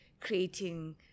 creating